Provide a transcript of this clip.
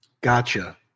Gotcha